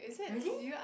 really